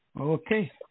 Okay